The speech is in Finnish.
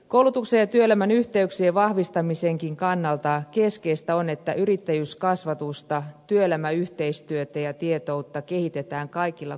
koulutuksen ja työelämän yhteyksien vahvistamisenkin kannalta keskeistä on että yrittäjyyskasvatusta työelämäyhteistyötä ja tietoutta kehitetään kaikilla koulutusasteilla